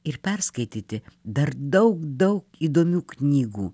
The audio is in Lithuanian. ir perskaityti dar daug daug įdomių knygų